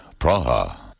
Praha